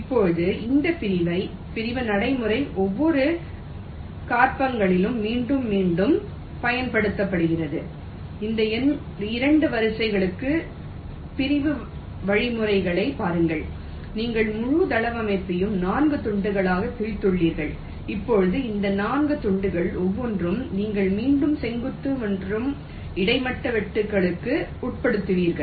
இப்போது இந்த பிரிவு நடைமுறை ஒவ்வொரு காற்பங்கிலும் மீண்டும் மீண்டும் பயன்படுத்தப்படுகிறது இந்த 2 வரிகளுக்குப் பிறகு வழிமுறைகளைப் பாருங்கள் நீங்கள் முழு தளவமைப்பையும் 4 துண்டுகளாகப் பிரித்துள்ளீர்கள் இப்போது இந்த 4 துண்டுகள் ஒவ்வொன்றும் நீங்கள் மீண்டும் செங்குத்து மற்றும் கிடைமட்ட வெட்டுக்களுக்கு உட்பட்டுள்ளீர்கள்